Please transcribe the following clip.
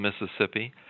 Mississippi